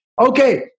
Okay